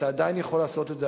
ואתה עדיין יכול לעשות את זה,